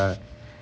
healthy lah